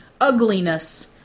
ugliness